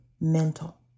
mental